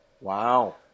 Wow